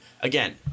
again